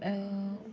अअअअअ